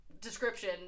description